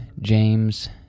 James